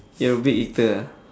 you're a big eater ah